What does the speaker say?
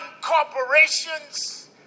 corporations